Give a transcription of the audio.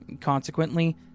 Consequently